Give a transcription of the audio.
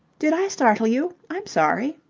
did i startle you? i'm sorry.